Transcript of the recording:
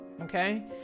Okay